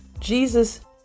Jesus